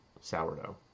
sourdough